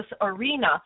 arena